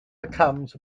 becomes